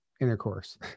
intercourse